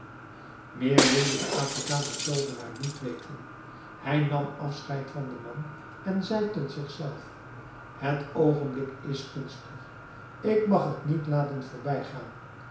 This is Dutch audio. meer wilde de afrikaansche toovenaar niet weten hij nam afscheid van den man en zei tot zichzelf het oogenblik is gunstig ik mag het niet laten voorbijgaan